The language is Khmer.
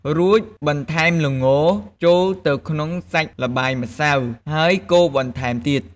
រួចបន្ថែុមល្ងចូលទៅក្នុងសាច់ល្បាយម្សៅ ហើយកូរបន្ថែមទៀត។